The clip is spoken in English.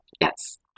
Yes